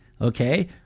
okay